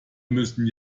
müssen